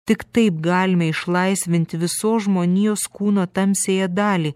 tik taip galime išlaisvinti visos žmonijos kūno tamsiąją dalį